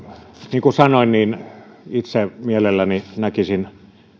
niin kuin sanoin itse mielelläni näkisin